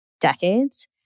decades